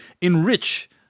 enrich